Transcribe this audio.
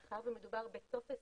מאחר ומדובר בטופס